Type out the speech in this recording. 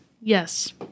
Yes